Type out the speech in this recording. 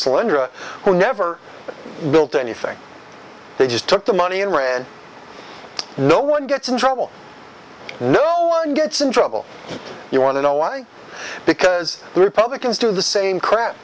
slender who never built anything they just took the money and ran no one gets in trouble no one gets in trouble you want to know why because republicans do the same crap